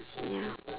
ya